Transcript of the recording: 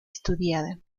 estudiada